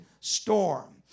storm